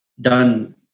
done